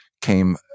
came